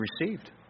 received